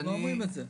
אתם לא אומרים את זה.